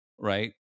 right